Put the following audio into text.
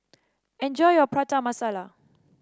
enjoy your Prata Masala